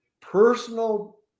personal